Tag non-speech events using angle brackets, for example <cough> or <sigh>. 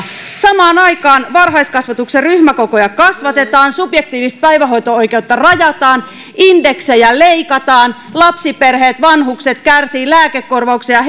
samaan aikaan varhaiskasvatuksen ryhmäkokoja kasvatetaan subjektiivista päivähoito oikeutta rajataan indeksejä leikataan lapsiperheet ja vanhukset kärsivät lääkekorvauksia <unintelligible>